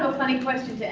funny question to